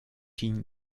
jin